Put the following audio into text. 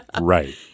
Right